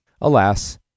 alas